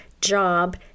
job